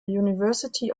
university